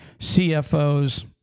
CFOs